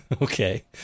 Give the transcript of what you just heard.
Okay